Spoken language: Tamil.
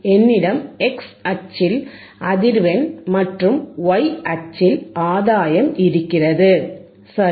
என்னிடம் x அச்சில் அதிர்வெண் மற்றும் y அச்சில் ஆதாயம் இருக்கிறது சரி